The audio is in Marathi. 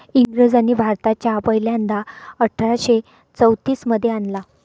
इंग्रजांनी भारतात चहा पहिल्यांदा अठरा शे चौतीस मध्ये आणला